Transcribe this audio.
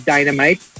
Dynamite